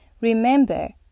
Remember